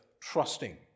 trusting